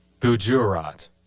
Gujarat